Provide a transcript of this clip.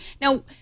Now